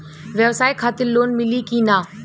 ब्यवसाय खातिर लोन मिली कि ना?